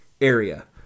area